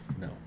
No